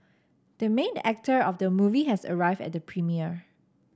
the main actor of the movie has arrived at the premiere